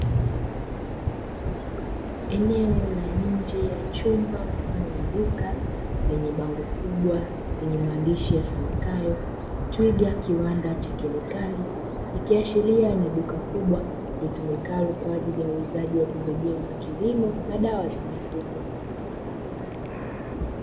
Eneo la nje ya chumba mfano wa duka lenye bango kubwa lenye maandishi yasomekayo 'twiga kiwanda cha kemikali', ikiashiria ni duka kubwa litumikalo kwa ajili ya uuzaji wa pembejeo za kilimo na dawa za mifugo.